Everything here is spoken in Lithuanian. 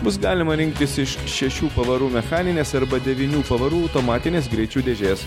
bus galima rinktis iš šešių pavarų mechaninės arba devynių pavarų automatinės greičių dėžės